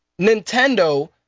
Nintendo